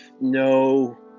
no